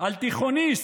על תיכוניסט,